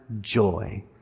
joy